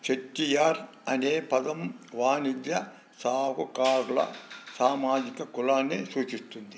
చెట్టియార్ అనే పదం వాణిజ్య సాహుకారుల సామాజిక కులాన్ని సూచిస్తుంది